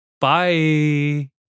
Bye